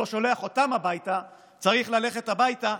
שלא שולח אותם הביתה, צריך ללכת הביתה.